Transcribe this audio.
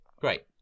Great